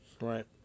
right